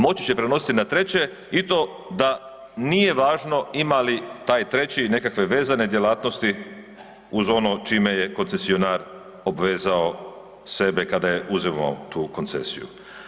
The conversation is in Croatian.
Moći će prenositi na treće i to da nije važno imali taj treći nekakve vezane djelatnosti uz ono čije je koncesionar obvezao sebe kad je uzimao tu koncesiju.